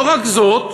לא רק זאת,